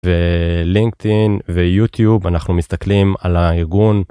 ולינקדאין ויוטיוב אנחנו מסתכלים על הארגון.